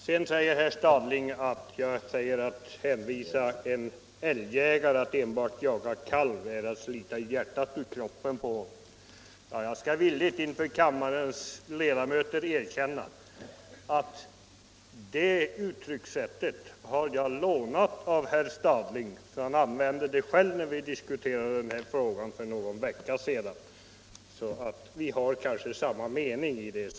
Vidare påminner herr Stadling om att jag sagt att hänvisa en älgjägare till att enbart jaga kalv är som att slita hjärtat ur bröstet på honom. Jag skall inför kammarens ledamöter villigt erkänna att det uttrycket har jag lånat av herr Stadling. Han använde det själv när vi för någon vecka sedan diskuterade denna fråga. Herr Stadling och jag har kanske samma uppfattning om detta.